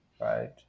Right